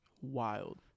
wild